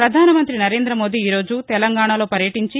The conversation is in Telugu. పధానమంతి నరేంద మోదీ ఈరోజు తెలంగాణలో పర్యటించి